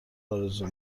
آرزو